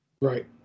Right